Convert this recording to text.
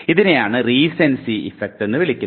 ഇതിനെയാണ് recency effect എന്ന് വിളിക്കുന്നത്